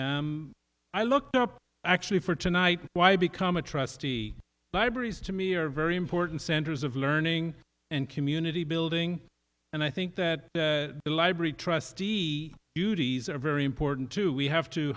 i looked up actually for tonight why become a trustee libraries to me are very important centers of learning and community building and i think that the library trustee duties are very important to we have to